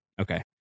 Okay